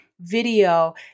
Video